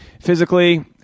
physically